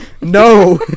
No